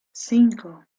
cinco